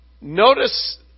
notice